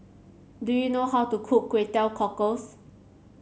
do you know how to cook Kway Teow Cockles